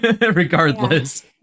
regardless